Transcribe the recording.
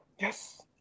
Yes